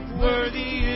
Worthy